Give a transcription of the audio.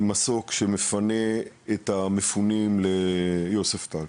מסוק שמפנה את המפונים ליוספטל,